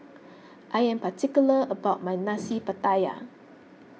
I am particular about my Nasi Pattaya